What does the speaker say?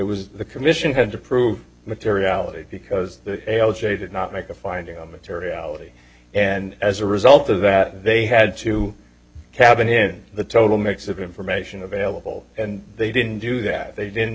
was the commission had to prove materiality because l j did not make a finding on materiality and as a result of that they had to cabin in the total mix of information available and they didn't do that they didn't